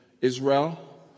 Israel